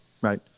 right